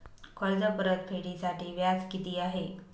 कर्ज परतफेडीसाठी व्याज किती आहे?